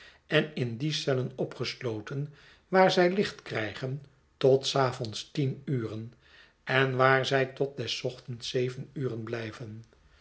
en in die cellen opgesloten waar zij licht krijgen tot s avonds tien uren en waar zij tot des morgens zeven uren blijven